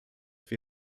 wir